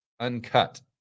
Uncut